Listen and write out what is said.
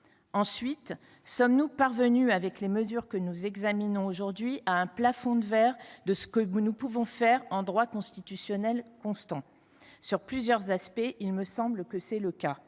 Sommes nous parvenus, avec les mesures que nous examinons aujourd’hui, à un « plafond de verre » de ce que nous pouvons faire à droit constitutionnel constant ? Sur plusieurs aspects, il me semble que c’est le cas.